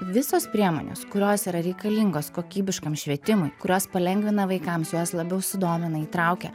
visos priemonės kurios yra reikalingos kokybiškam švietimui kurios palengvina vaikams juos labiau sudomina įtraukia